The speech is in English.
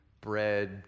bread